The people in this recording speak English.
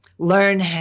learn